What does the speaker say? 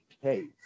Hey